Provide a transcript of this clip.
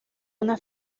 una